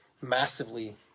massively